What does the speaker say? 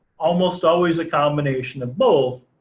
almost always a combination of both,